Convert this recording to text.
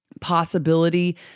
possibility